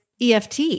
EFT